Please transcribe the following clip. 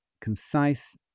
concise